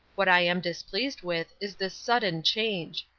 what i am displeased with is this sudden change.